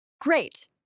great